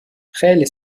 خیلی